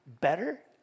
better